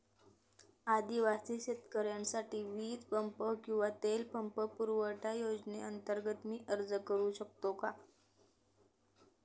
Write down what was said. आदिवासी शेतकऱ्यांसाठीच्या वीज पंप किंवा तेल पंप पुरवठा योजनेअंतर्गत मी अर्ज करू शकतो का?